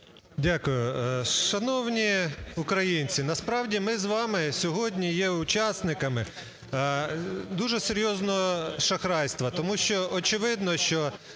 Дякую. Шановні українці, насправді, ми з вами сьогодні є учасниками дуже серйозного шахрайства. Тому що, очевидно, що